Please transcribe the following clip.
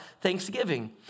thanksgiving